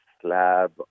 slab